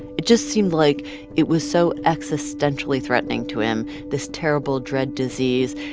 it just seemed like it was so existentially threatening to him, this terrible dread disease,